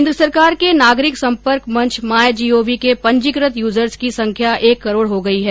केन्द्र सरकार के नागरिक संपर्क मंच माईजीओवी के पंजीकृत यूजर्स की संख्या एक करोड़ हो गई है